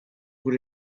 put